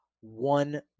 one